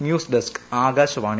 news desk Akashvani